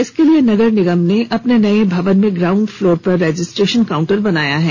इसके लिए नगर निगम ने अपने नये भवन के ग्राउंड फ्लोर पर रजिस्ट्रेशन काउंटर बनाया है